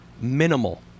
minimal